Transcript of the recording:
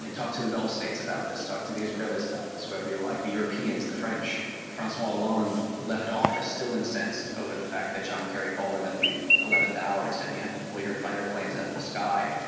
and talk to the gulf states about this, talk to the israelis about this, whoever you like, the europeans, the french, francois hollande left office still incensed over the fact that john kerry called him at the eleventh hour and said, you have to pull your fighter planes out of the sky,